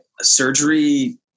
Surgery